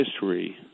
history